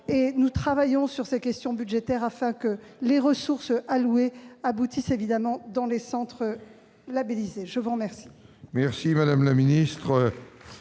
et nous travaillons sur ces questions budgétaires, afin que les ressources allouées parviennent, évidemment, dans les centres labellisés. La parole